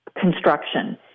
construction